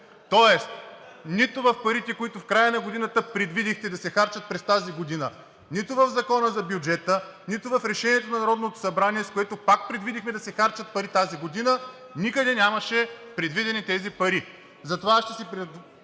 Тоест нито в парите, които в края на годината предвидихте да се харчат през тази година, нито в Закона за бюджета, нито в Решенето на Народното събрание, с което пак предвидихме да се харчат пари тази година, никъде нямаше предвидени тези пари.